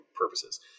purposes